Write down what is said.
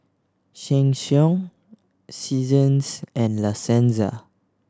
Sheng Siong Seasons and La Senza